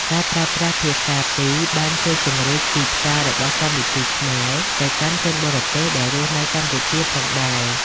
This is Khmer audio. ការប្រើប្រាស់ភាសាពីរបានជួយពង្រីកទីផ្សាររបស់កម្មវិធីខ្មែរទៅកាន់ជនបរទេសដែលរស់នៅកម្ពុជាផងដែរ។